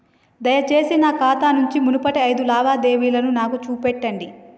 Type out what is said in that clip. దయచేసి నా ఖాతా నుంచి మునుపటి ఐదు లావాదేవీలను నాకు చూపెట్టండి